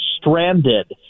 stranded